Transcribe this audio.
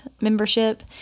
membership